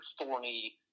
thorny